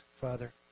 Father